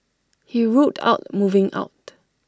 he ruled out moving out